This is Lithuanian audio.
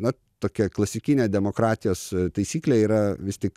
vat tokia klasikinė demokratijos taisyklė yra vis tik